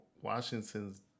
Washington's